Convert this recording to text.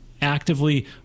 actively